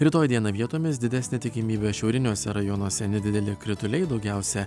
rytoj dieną vietomis didesnė tikimybė šiauriniuose rajonuose nedideli krituliai daugiausia